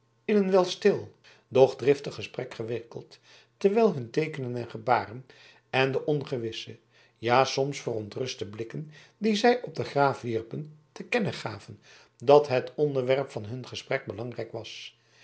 in een wel stil doch driftig gesprek gewikkeld terwijl hunne teekenen en gebaren en de ongewisse ja soms verontruste blikken die zij op den graaf wierpen te kennen gaven dat het onderwerp van hun gesprek belangrijk was